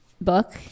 book